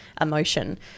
emotion